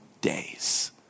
days